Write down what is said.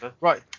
Right